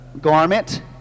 garment